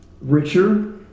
richer